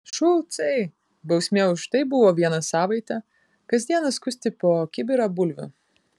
šulcai bausmė už tai buvo vieną savaitę kas dieną skusti po kibirą bulvių